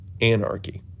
anarchy